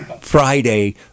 Friday